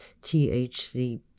THC